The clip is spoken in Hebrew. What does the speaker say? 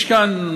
יש כאן,